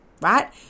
right